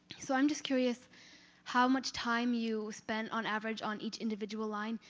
so i'm just curious how much time you spent on average on each individual line,